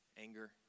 anger